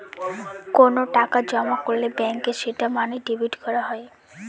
কোনো টাকা জমা করলে ব্যাঙ্কে সেটা মানে ডেবিট করা